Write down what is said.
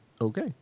Okay